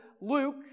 Luke